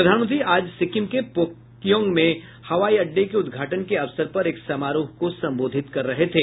प्रधानमंत्री आज सिक्किम के पाक्योंग में राज्य के पहले हवाई अड्डे के उदघाटन के अवसर पर एक समारोह को संबोधित कर रहे थे